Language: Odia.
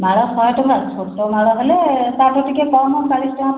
ମାଳ ଶହେ ଟଙ୍କା ଛୋଟ ମାଳ ହେଲେ ତା ଠୁ ଟିକେ କମ ଚାଳିଶ ଟଙ୍କା